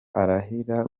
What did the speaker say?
arahirira